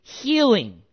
healing